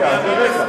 הדקה הזאת.